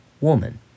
woman